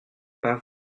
pas